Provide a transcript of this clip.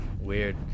weird